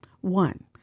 One